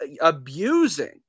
abusing